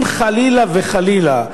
אם חלילה וחלילה,